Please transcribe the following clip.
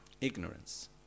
ignorance